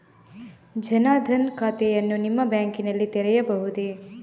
ಜನ ದನ್ ಖಾತೆಯನ್ನು ನಿಮ್ಮ ಬ್ಯಾಂಕ್ ನಲ್ಲಿ ತೆರೆಯಬಹುದೇ?